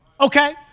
Okay